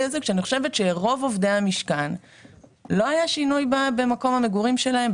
הטופס כשאני חושבת שאצל רוב עובדי המשכן לא היה שינוי במקום המגורים שלהם,